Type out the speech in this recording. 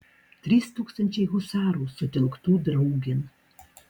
trys tūkstančiai husarų sutelktų draugėn